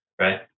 Right